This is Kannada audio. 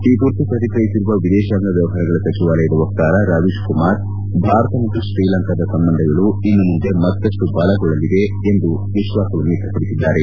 ಈ ಕುರಿತು ಪ್ರತಿಕ್ರಿಯಿಸಿರುವ ವಿದೇಶಾಂಗ ವ್ಯವಹಾರಗಳ ಸಚಿವಾಲಯದ ವಕ್ತಾರ ರವೀಶ್ ಕುಮಾರ್ ಭಾರತ ಮತ್ತು ಶ್ರೀಲಂಕಾದ ಸಂಬಂಧಗಳು ಇನ್ನು ಮುಂದೆ ಮತ್ತಷ್ಟು ಬಲಗೊಳ್ಳಲಿವೆ ಎಂದು ವಿಶ್ವಾಸ ವ್ಯಕ್ತಪಡಿಸಿದ್ದಾರೆ